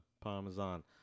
Parmesan